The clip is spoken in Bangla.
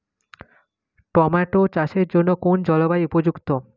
টোমাটো চাষের জন্য কোন জলবায়ু উপযুক্ত?